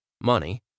Money